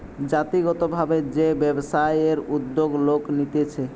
জাতিগত ভাবে যে ব্যবসায়ের উদ্যোগ লোক নিতেছে